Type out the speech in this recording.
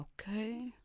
okay